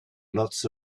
lots